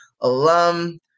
alum